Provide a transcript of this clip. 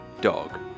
dog